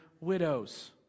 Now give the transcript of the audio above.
widows